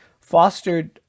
fostered